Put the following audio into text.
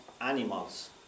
animals